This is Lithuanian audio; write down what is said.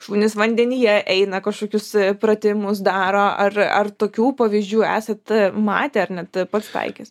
šunys vandenyje eina kažkokius pratimus daro ar ar tokių pavyzdžių esat matę ar net pats taikęs